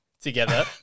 together